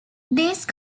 these